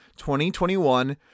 2021